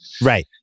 Right